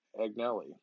Agnelli